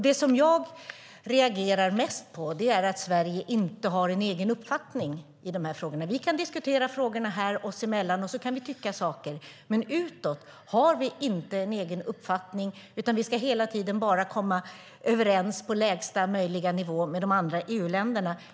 Det som jag reagerar mest på är att Sverige inte har en egen uppfattning i de här frågorna. Vi kan diskutera frågorna här oss emellan och tycka saker, men utåt har vi inte någon egen uppfattning, utan vi ska hela tiden bara komma överens på lägsta möjliga nivå med de andra EU-länderna.